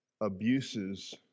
abuses